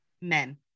men